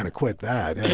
and quit that. yeah